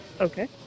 Okay